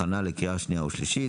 הכנה לקריאה שנייה ושלישית.